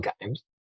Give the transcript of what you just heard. games